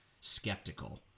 skeptical